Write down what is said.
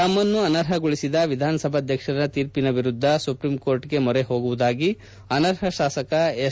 ತಮ್ಮನ್ನು ಅನರ್ಹಗೊಳಿಸಿದ ವಿಧಾನಸಭಾಧ್ಯಕ್ಷರ ತೀರ್ಪಿನ ವಿರುದ್ದ ಸುಪ್ರೀಂ ಕೋರ್ಟ್ ಮೊರೆ ಹೋಗುವುದಾಗಿ ಅನರ್ಹ ಶಾಸಕ ಎಸ್